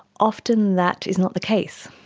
often that is not the case.